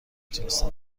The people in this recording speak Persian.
تونستم